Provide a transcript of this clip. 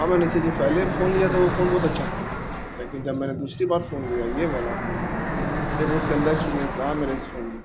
ہاں میں نے اسے جو پہلے فون لیا تھا وہ فون بہت اچھا تھا لیکن جب میں نے دوسری بار فون لیا یہ والا فون یہ بہت گندا ایکسپیریئنس رہا میرے اس فون میں